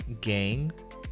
gang